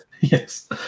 Yes